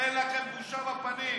אין לכם בושה בפנים.